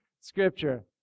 Scripture